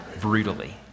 brutally